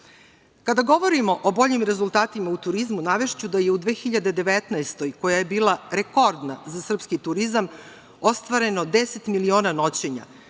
govorimo o boljim rezultatima u turizmu, navešću da je u 2019. godini, koja je bila rekordna za srpski turizam, ostvareno 10 miliona noćenja,